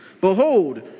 Behold